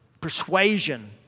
persuasion